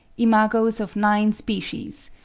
imagos of nine species,